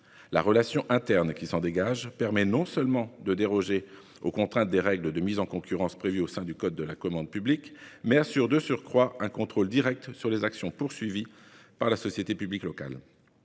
La relation interne qui en résulte permet non seulement de déroger aux contraintes des règles de mise en concurrence prévues dans le code de la commande publique, mais elle assure de surcroît un contrôle direct sur les actions de la société publique locale.